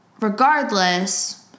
regardless